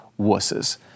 wusses